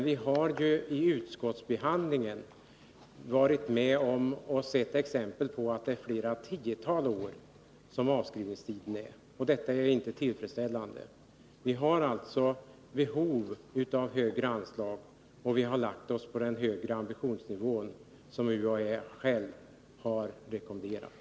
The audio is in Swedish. Vi har i utskottsbehandlingen sett exempel på att avskrivningstiden varit flera tiotal år. Detta är inte tillfredsställande. Vi har alltså behov av högre anslag, och vi har lagt oss på den högre ambitionsnivån som UHÄ har rekommenderat.